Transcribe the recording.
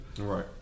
Right